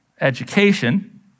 education